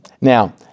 Now